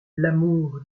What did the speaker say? l’amour